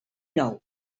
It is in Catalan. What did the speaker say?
nou